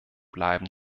bleiben